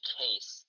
case